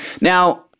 now